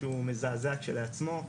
שהוא מזעזע כשלעצמו.